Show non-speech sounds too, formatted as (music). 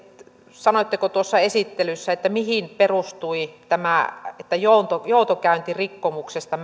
sanoitteko tuossa esittelyssä mihin perustui tämä että joutokäyntirikkomuksesta (unintelligible)